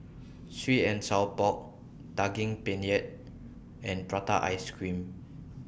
Sweet and Sour Pork Daging Penyet and Prata Ice Cream